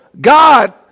God